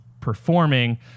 performing